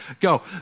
Go